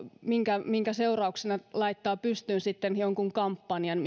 minkä minkä seurauksena ne laittavat pystyyn sitten jonkun kampanjan